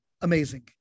amazing